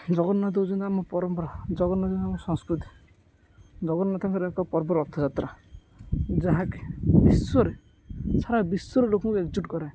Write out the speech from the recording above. ଜଗନ୍ନାଥ ହଉଚନ୍ତି ଆମ ପରମ୍ପରା ଜଗନ୍ନାଥ ଆମ ସଂସ୍କୃତି ଜଗନ୍ନାଥଙ୍କର ଏକ ପର୍ବର ରଥଯାତ୍ରା ଯାହାକି ବିଶ୍ୱରେ ସାରା ବିଶ୍ୱର ଲୋକଙ୍କୁ ଏକଜୁଟ୍ କରେ